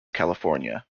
california